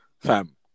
Fam